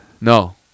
No